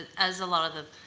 as a lot of